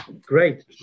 Great